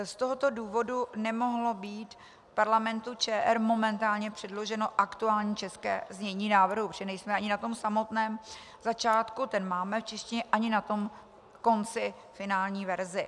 Z tohoto důvodu nemohlo být Parlamentu ČR momentálně předloženo aktuální české znění návrhu, protože nejsme ani na tom samotném začátku, ten máme v češtině, ani na tom konci finální verze.